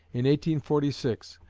in one forty six,